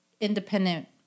independent